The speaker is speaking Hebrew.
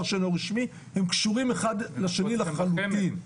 שאינו רשמי הם קשורים אחד לשני לחלוטין.